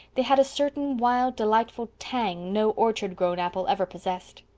they had a certain wild, delightful tang no orchard-grown apple ever possessed.